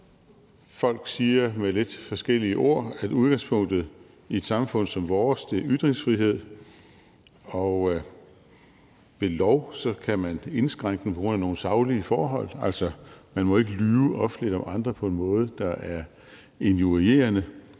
Folk siger med lidt forskellige ord, at udgangspunktet i et samfund som vores er ytringsfrihed. Ved lov kan man indskrænke den på grund af nogle saglige forhold. Man må ikke lyve offentligt om andre på en måde, der er injurierende.